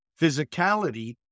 physicality